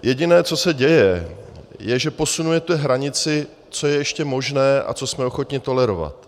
Jediné, co se děje, je, že posunujete hranici, co je ještě možné a co jsme ochotni tolerovat.